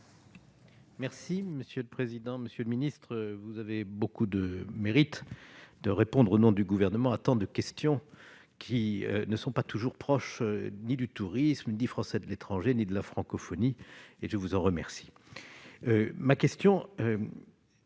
Monsieur le secrétaire d'État, vous avez beaucoup de mérite à répondre au nom du Gouvernement à tant de questions qui ne sont pas toujours proches ni du tourisme, ni des Français de l'étranger, ni de la francophonie. Il faut vous en remercier. Ma question a